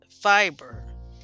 Fiber